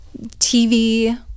TV